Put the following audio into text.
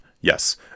yes